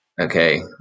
okay